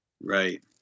Right